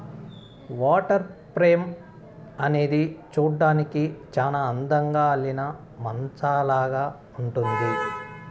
water frame అనేది చూడ్డానికి చానా అందంగా అల్లిన మంచాలాగా ఉంటుంది